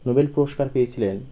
Nobel পুরস্কার পেয়েছিলেন